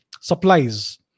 supplies